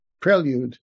prelude